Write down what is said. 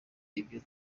ibyo